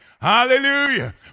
Hallelujah